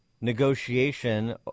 negotiation